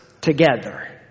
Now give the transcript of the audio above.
together